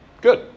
Good